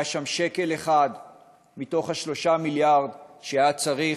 שם שקל אחד מתוך 3 המיליארד שהיה צריך,